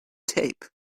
tape